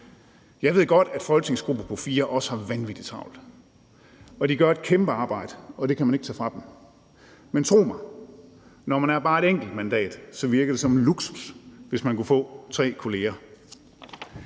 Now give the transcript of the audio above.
Jeg ved godt, at en folketingsgruppe på fire også har vanvittig travlt og gør et kæmpearbejde, og det kan man ikke tage fra dem, men tro mig, når man er bare et enkelt mandat, virker det som en luksus, hvis man kunne få tre kollegaer.